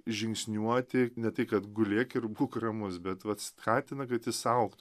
žingsniuoti ne tai kad gulėk ir būk ramus bet vat skatina kad jis augt